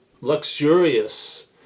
luxurious